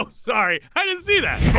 um sorry! i didn't see that.